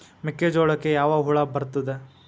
ಮೆಕ್ಕೆಜೋಳಕ್ಕೆ ಯಾವ ಹುಳ ಬರುತ್ತದೆ?